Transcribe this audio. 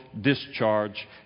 discharge